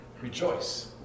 Rejoice